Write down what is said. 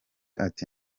ati